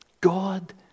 God